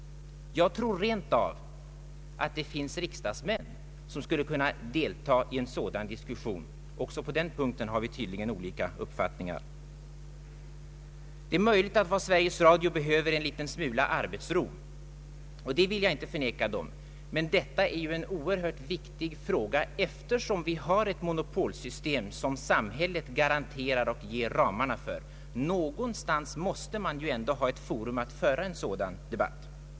Jag tror att det rent av finns riksdagsmän som skulle kunna delta i en sådan diskussion. Också på den punkten har vi tydligen olika uppfattningar. Det är möjligt att vad man i Sveriges Radio behöver är en smula arbetsro, och det vill jag inte förvägra dem. Men detta är väl ändå en oerhört viktig fråga, eftersom vi har ett monopolsystem som samhället garanterar och ger ramarna för. Någonstans måste man ändå ha ett forum för en sådan ansvarig programdebatt.